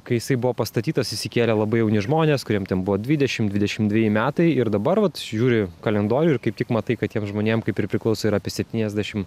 kai jisai buvo pastatytas išsikėlė labai jauni žmonės kuriem ten buvo dvidešim dvidešim dveji metai ir dabar vat žiūri kalendorių ir kaip tik matai kad tiem žmonėm kaip ir priklauso yra apie septyniasdešim